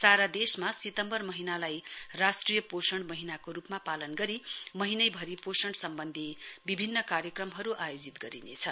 सारा देशले सितम्बर महीनालाई राष्ट्रिय पोषण महीनाको रूपमा पालन गरी महीनै भरी पोषण सम्बन्धी विभिन्न कार्यक्रमहरू आयोजित गरिनेछ